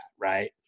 Right